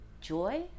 joy